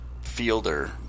fielder